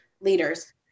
leaders